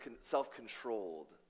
self-controlled